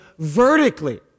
vertically